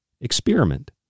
experiment